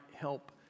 help